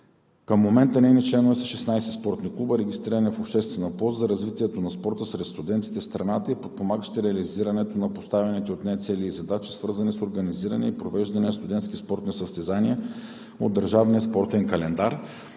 Към момента нейни членове са 16 спортни клуба, регистрирани в обществена полза за развитието на спорта сред студентите в страната, и подпомагаща реализирането на поставените от нея цели и задачи, свързани с организиране и провеждане на студентски спортни състезания от Държавния спортен календар;